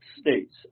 States